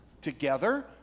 together